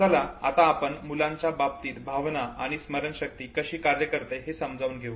चला आता आपण मुलांच्या बाबतीत भावना आणि स्मरणशक्ती कशी कार्य करते हे समजून घेऊ